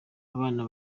abana